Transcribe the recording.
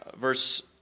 Verse